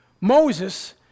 Moses